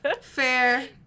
fair